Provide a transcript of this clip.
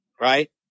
right